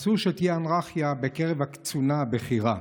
אסור שתהיה אנרכיה בקרב הקצונה הבכירה.